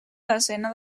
desena